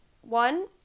one